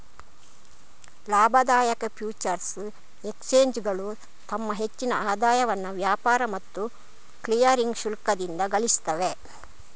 ಲಾಭದಾಯಕ ಫ್ಯೂಚರ್ಸ್ ಎಕ್ಸ್ಚೇಂಜುಗಳು ತಮ್ಮ ಹೆಚ್ಚಿನ ಆದಾಯವನ್ನ ವ್ಯಾಪಾರ ಮತ್ತು ಕ್ಲಿಯರಿಂಗ್ ಶುಲ್ಕದಿಂದ ಗಳಿಸ್ತವೆ